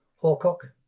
Hawcock